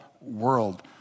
world